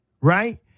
right